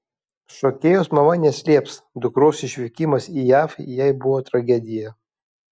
šokėjos mama neslėps dukros išvykimas į jav jai buvo tragedija